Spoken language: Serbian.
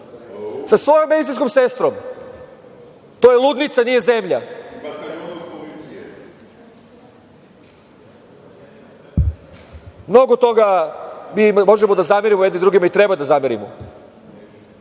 sa svojom medicinskom sestrom. To je ludnica, nije zemlja. Mnogo toga mi možemo da zamerimo jedni drugima, i treba da zamerimo.